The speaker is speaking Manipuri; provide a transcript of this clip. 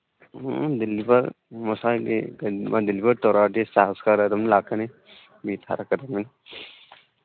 ꯍꯣꯝ ꯗꯤꯂꯤꯚꯔ ꯃꯁꯥꯒꯤ ꯗꯤꯂꯤꯚꯔ ꯇꯧꯔꯛꯑꯗꯤ ꯆꯥꯔꯖ ꯈꯔ ꯑꯗꯨꯝ ꯂꯥꯛꯀꯅꯤ ꯃꯤ ꯊꯥꯔꯛꯀꯗꯝꯅꯤꯅ